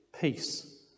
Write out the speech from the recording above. peace